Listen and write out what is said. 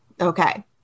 Okay